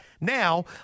Now